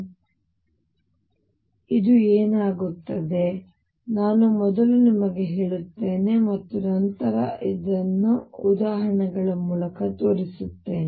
ಆದ್ದರಿಂದ ಏನಾಗುತ್ತದೆ ನಾನು ಮೊದಲು ನಿಮಗೆ ಹೇಳುತ್ತೇನೆ ಮತ್ತು ನಂತರ ಇದನ್ನು ಉದಾಹರಣೆಗಳ ಮೂಲಕ ತೋರಿಸುತ್ತೇನೆ